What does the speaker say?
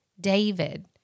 David